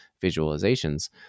visualizations